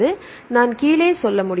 எனவே நான் கீழே சொல்ல முடியும்